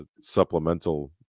supplemental